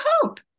hope